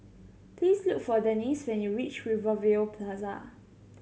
please look for Denese when you reach Rivervale Plaza